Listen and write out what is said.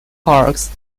parks